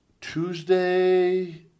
Tuesday